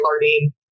learning